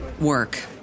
work